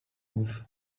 ngufu